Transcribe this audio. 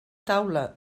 taula